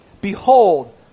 Behold